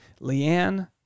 Leanne